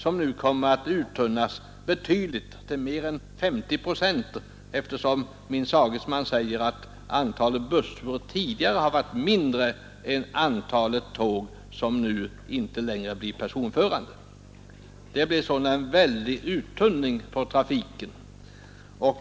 Den kommer nu att uttunnas betydligt, med mer än 50 procent; min sagesman uppger att antalet bussturer tidigare har varit mindre än antalet tåg, som nu inte längre blir personförande.